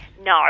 No